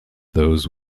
those